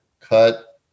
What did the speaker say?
cut